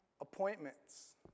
appointments